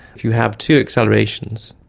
if you have two accelerations,